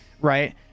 right